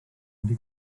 wedi